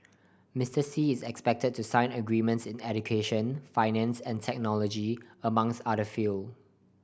Mister Xi is expected to sign agreements in education finance and technology among other field